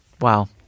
Wow